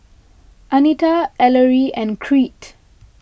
Anitra Ellery and Crete